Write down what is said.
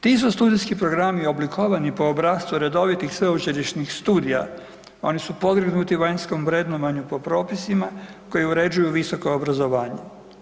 Ti su studijski programi oblikovani po obrascu redovitih sveučilišnih studija, oni su podvrgnuti vanjskom vrednovanju po propisima koji uređuju visoko obrazovanje.